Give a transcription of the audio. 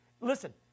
Listen